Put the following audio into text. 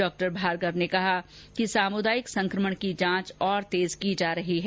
डॉ भार्गव ने कहा कि सामुदायिक संक्रमण की जांच और तेज की जा रही है